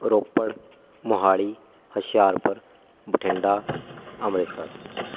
Ropar Mohali Hoshiarpur Bathinda Amritsar